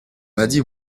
muddy